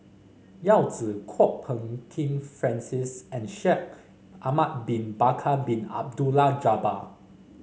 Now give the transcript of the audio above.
Yao Zi Kwok Peng Kin Francis and Shaikh Ahmad Bin Bakar Bin Abdullah Jabbar